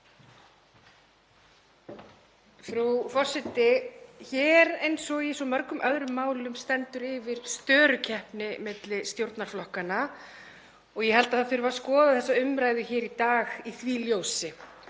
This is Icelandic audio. Frú forseti. Hér eins og í svo mörgum öðrum málum stendur yfir störukeppni milli stjórnarflokkanna. Ég held að það þurfi að skoða þessa umræðu hér í dag í því ljósi,